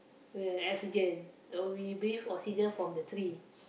oxygen uh we breathe oxygen from the tree